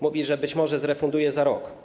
Mówi, że być może zrefunduje za rok.